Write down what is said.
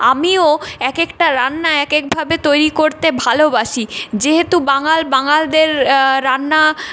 আমিও এক একটা রান্না এক একভাবে তৈরি করতে ভালোবাসি যেহেতু বাঙাল বাঙালদের রান্না